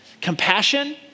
compassion